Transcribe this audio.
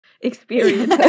experience